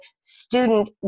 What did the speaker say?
student